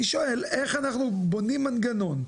אני שואל, איך אנחנו בונים מנגנון?